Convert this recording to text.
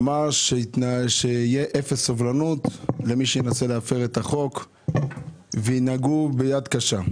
אמר שתהיה אפס סובלנות למי שינסה להפר את החוק וינהגו ביד קשה.